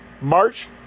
march